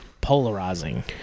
polarizing